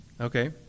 Okay